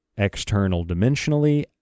external-dimensionally